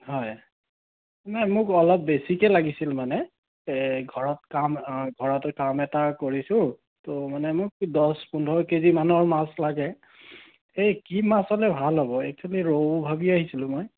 হয় নাই মোক অলপ বেছিকে লাগিছিল মানে ঘৰত কাম ঘৰতে কাম এটা কৰিছোঁ ত' মানে মোক দহ পোন্ধৰ কেজি মানৰ মাছ লাগে সেই কি মাছ হ'লে ভাল হ'ব এক্সোৱেলি ৰৌ ভাবি আহিছিলোঁ মই